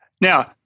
Now